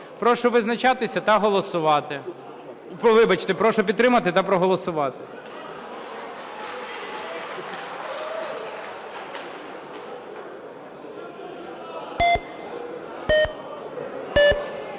Прошу визначатися та голосувати. Вибачте, прошу підтримати та проголосувати.